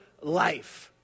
life